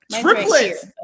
triplets